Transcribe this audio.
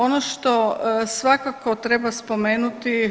Ono što svakako treba spomenuti.